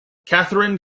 catherine